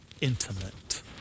intimate